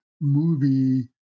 movie